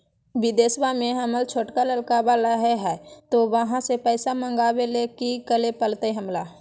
बिदेशवा में हमर छोटका लडकवा रहे हय तो वहाँ से पैसा मगाबे ले कि करे परते हमरा?